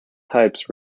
types